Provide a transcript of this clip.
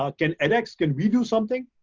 ah can edx, can we do something?